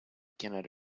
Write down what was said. cannot